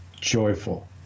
joyful